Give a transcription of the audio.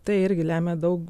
tai irgi lemia daug